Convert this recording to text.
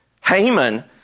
Haman